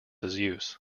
use